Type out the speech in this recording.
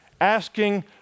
asking